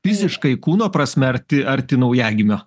fiziškai kūno prasme arti arti naujagimio